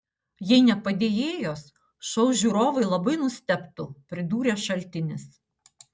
jei ne padėjėjos šou žiūrovai labai nustebtų pridūrė šaltinis